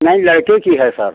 नही लड़के की है सर